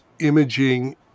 imaging